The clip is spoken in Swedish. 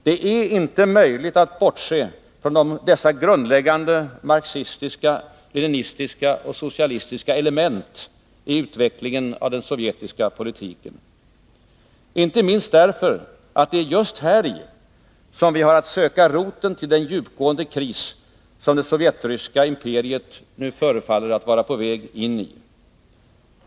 Det är inte möjligt att bortse från dessa grundläggande marxistiska, leninistiska och socialistiska element i utvecklingen av den sovjetiska politiken — icke minst därför att det är just häri som vi har att söka roten till den djupgående kris som det sovjetryska imperiet nu förefaller att vara på väg in i.